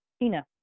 Tina